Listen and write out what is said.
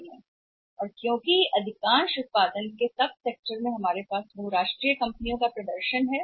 और चूंकि अधिकांश में मैन्युफैक्चरिंग सब सेक्टर मैं सबसे ज्यादा में मैन्युफैक्चरिंग सेक्टर के सब इंस्पेक्टर कहूंगा हमारे पास बहुराष्ट्रीय प्रदर्शन हैं